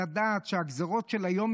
ולדעת שהגזרות של היום,